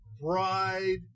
bride